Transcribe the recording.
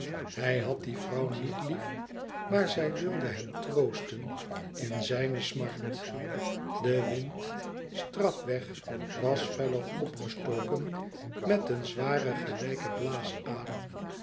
hij had die vrouw niet lief maar zij wilde hem troosten in zijne smart de wind strafweg was feller opgestoken met een zwaren gelijken